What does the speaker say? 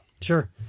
Sure